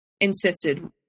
insisted